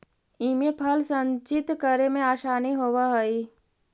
इमे फल संचित करे में आसानी होवऽ हई